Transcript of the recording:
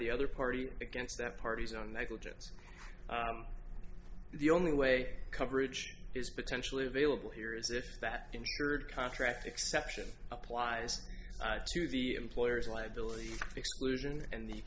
the other party against that party's own negligence the only way coverage is potentially available here is if that insured contract exception applies to the employer's liability exclusion and the